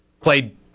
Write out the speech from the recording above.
Played